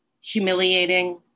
humiliating